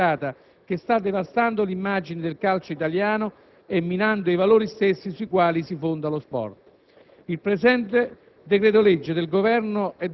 stufa di questa violenza fanatica e spesso politicizzata che sta devastando l'immagine del calcio italiano e minando i valori stessi sui quali si fonda lo sport.